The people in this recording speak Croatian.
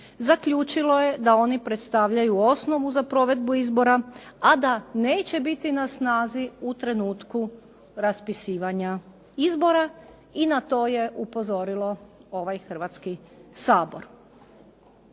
zaključilo je da oni predstavljaju osnovu za provedbu izbora, a da neće biti na snazi u trenutku raspisivanja izbora i na to je upozorilo ovaj Hrvatski sabor.